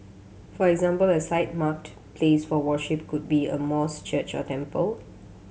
for example a site marked place for worship could be a mosque church or temple